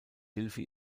hilfe